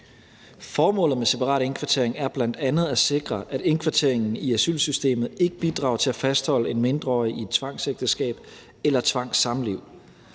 Formålet med separat indkvartering er bl.a. at sikre, at indkvarteringen i asylsystemet ikke bidrager til at fastholde en mindreårig i et tvangsægteskab eller tvangssamliv.